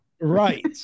Right